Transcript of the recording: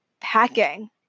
packing